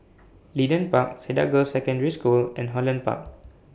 Leedon Park Cedar Girls' Secondary School and Holland Park